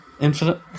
Infinite